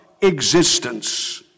Existence